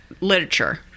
literature